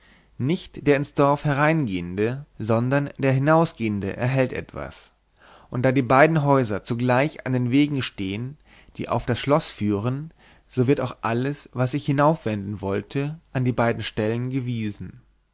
nicht der ins dorf hereingehende sondern der hinausgehende erhält etwas und da die beiden häuser zugleich an den wegen stehen die auf das schloß führen so wird auch alles was sich hinaufwenden wollte an die beiden stellen gewiesen